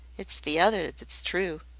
it's the other that's true.